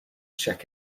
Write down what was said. check